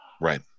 right